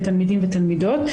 לתלמידים ולתלמידות.